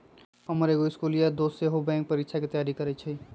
हमर एगो इस्कुलिया दोस सेहो बैंकेँ परीकछाके तैयारी करइ छइ